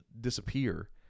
disappear